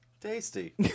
Tasty